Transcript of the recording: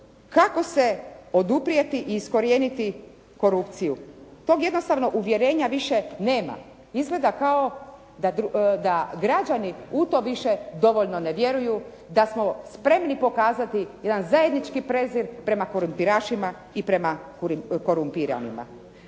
kako se oduprijeti i iskorijeniti korupciju. Tog jednostavno uvjerenja više nema, izgleda da kao građani u to više dovoljno ne vjeruju, da smo spremni pokazati jedan zajednički prezir prema korumpirašima i prema korumpiranima.